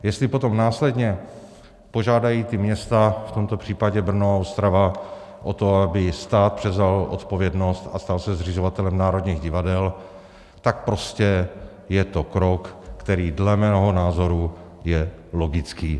Jestli potom následně požádají ta města, v tomto případě Brno, Ostrava, o to, aby stát převzal odpovědnost a stal se zřizovatelem národních divadel, tak je to prostě krok, který dle mého názoru je logický.